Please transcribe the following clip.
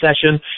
session